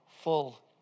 full